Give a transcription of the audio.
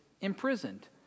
imprisoned